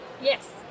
Yes